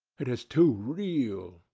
it is too real.